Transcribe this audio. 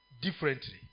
differently